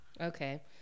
Okay